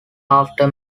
after